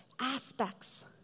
aspects